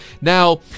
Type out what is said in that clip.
Now